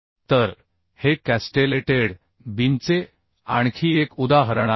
तर हे कॅस्टेलेटेड बीमचे आणखी एक उदाहरण आहे